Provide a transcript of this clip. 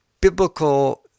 biblical